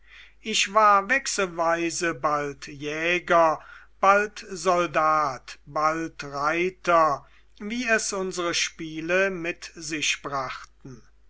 ich war wechselsweise bald jäger bald soldat bald reiter wie es unsre spiele mit sich brachten